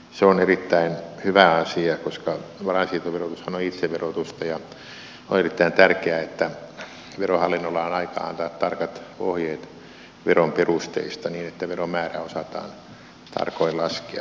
se on erittäin hyvä asia koska varainsiirtoverotushan on itseverotusta ja on erittäin tärkeää että verohallinnolla on aikaa antaa tarkat ohjeet veron perusteista niin että veron määrä osataan tarkoin laskea